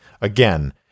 Again